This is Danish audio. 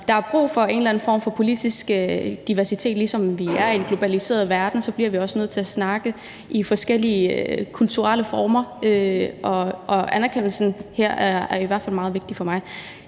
der er brug for en eller anden form for diversitet, for ligesom vi er i en globaliseret verden, bliver vi også nødt til at snakke i forskellige kulturelle former, og anerkendelsen her er i hvert fald meget vigtig for mig.